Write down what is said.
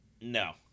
No